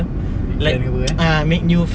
reply new be~